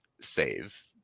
save